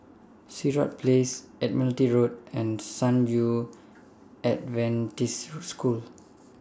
Sirat Place Admiralty Road and San Yu Adventist School